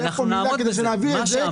היה פה את זה כדי שנעביר את זה,